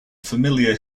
familiar